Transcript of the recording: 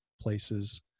places